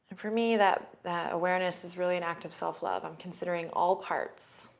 for me, that that awareness is really an act of self love. i'm considering all parts.